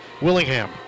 Willingham